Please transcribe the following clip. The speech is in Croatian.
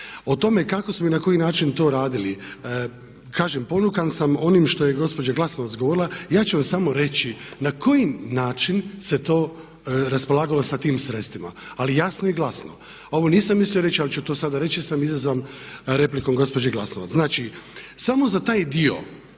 O tome kako smo i na koji način to radili, kažem ponukan sam onim što je gospođa Glasovac govorila ja ću vam samo reći na koji način se to raspolagalo sa tim sredstvima, ali jasno i glasno. Ovo nisam mislio reći, ali ću to sada reći, jer sam izazvan replikom gospođe Glasovac.